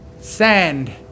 Sand